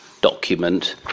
document